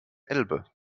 elbe